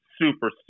super